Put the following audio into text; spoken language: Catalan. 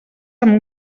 amb